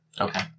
Okay